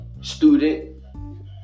student